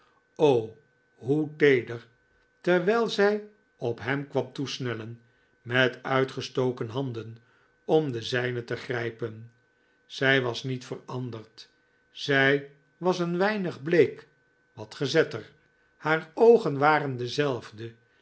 o hoe feeder terwijl zij op hem kwam toesnellen met uitge stoken handen om de zijne te grijpen zij was niet veranderd zij was een weinig bleek wat gezetter haar oogen waren dezelfde